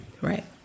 Right